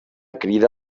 crida